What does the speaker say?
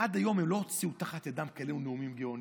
עד היום הם לא הוציאו מתחת ידם כאלה נאומים גאוניים,